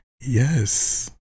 yes